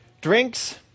drinks